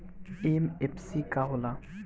MFC का हो़ला?